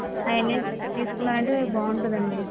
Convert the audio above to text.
అవన్నీ తీసుకున్నారంటే బాగుంటుందండి